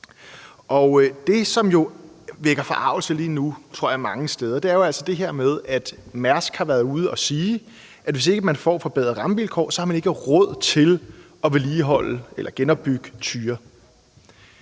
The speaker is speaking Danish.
Det, som vækker forargelse lige nu mange steder, tror jeg, er jo altså det her med, at Mærsk har været ude at sige, at hvis ikke man får forbedrede rammevilkår, har man ikke råd til at vedligeholde eller genopbygge Tyra.